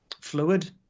fluid